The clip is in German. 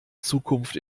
zukunft